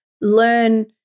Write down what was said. learn